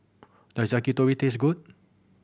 does Yakitori taste good